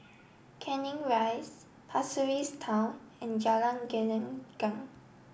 Canning Rise Pasir Ris Town and Jalan Gelenggang